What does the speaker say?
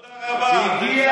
מה תודה רבה, זה המציאות.